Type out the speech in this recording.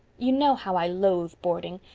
you know how i loathe boarding.